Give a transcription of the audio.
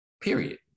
period